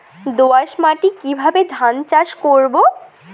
দোয়াস মাটি কিভাবে ধান চাষ করব?